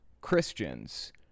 Christians